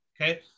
Okay